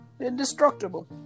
indestructible